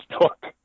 took